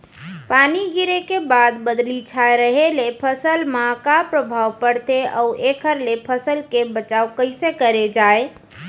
पानी गिरे के बाद बदली छाये रहे ले फसल मा का प्रभाव पड़थे अऊ एखर ले फसल के बचाव कइसे करे जाये?